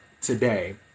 today